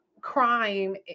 crime